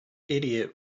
idiot